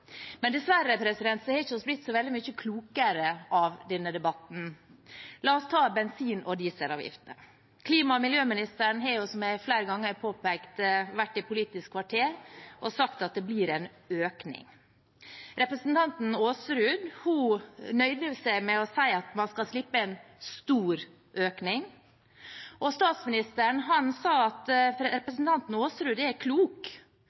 Men dessverre har vi ikke blitt så veldig mye klokere av denne debatten. La oss ta bensin- og dieselavgiftene. Klima- og miljøministeren har jo, som jeg flere ganger har påpekt, vært i Politisk kvarter og sagt at det blir en økning. Representanten Aasrud nøyde seg med å si at man skal slippe en stor økning. Statsministeren sa at representanten Aasrud er klok,